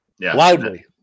loudly